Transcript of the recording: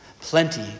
plenty